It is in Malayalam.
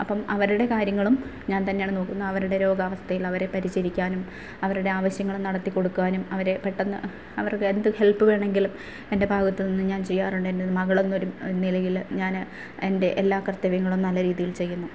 അപ്പം അവരുടെ കാര്യങ്ങളും ഞാന് തന്നെയാണ് നോക്കുന്നത് അവരുടെ രോഗാവസ്ഥയിൽ അവരെ പരിചരിക്കാനും അവരുടെ ആവശ്യങ്ങൾ നടത്തി കൊടുക്കാനും അവരെ പെട്ടെന്ന് അവരുടെ എന്ത് ഹെല്പ് വേണമെങ്കിലും എന്റെ ഭാഗത്ത് നിന്ന് ഞാന് ചെയ്യാറുണ്ട് എന്ന ഒരു മകൾ എന്നൊരു നിലയിൽ ഞാൻ എന്റെ എല്ലാ കര്ത്തവ്യങ്ങളും നല്ല രീതിയില് ചെയ്യുന്നു